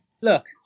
Look